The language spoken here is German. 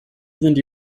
sind